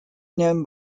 known